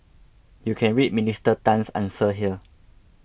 you can read Minister Tan's answer here